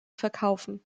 verkaufen